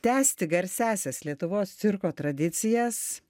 tęsti garsiąsias lietuvos cirko tradicijas